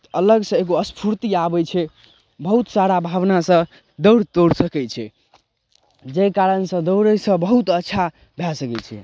अलगसँ एगो स्फूर्ति आबै छै बहुत सारा भावनासँ दौड़ि तौड़ि सकै छै जाहि कारणसँ दौड़यसँ बहुत अच्छा भए सकै छै